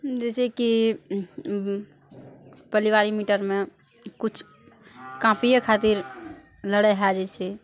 जैसे की पलिबारी मीटरमे किछु काँपिये खातिर लड़ाइ भऽ जाइ छै